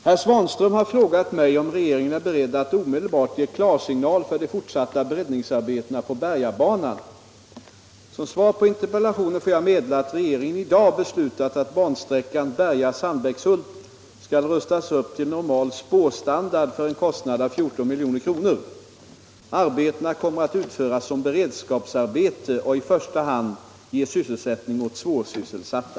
Herr talman! Herr Svanström har frågat mig om regeringen är beredd att omedelbart ge klarsignal för de fortsatta breddningsarbetena på Bergabanan. Som svar på interpellationen får jag meddela att regeringen i dag beslutat att bansträckan Berga-Sandbäckshult skall rustas upp till normal spårstandard för en kostnad av 14 milj.kr. Arbetena kommer att utföras som beredskapsarbete och i första hand ge sysselsättning åt svårsysselsatta.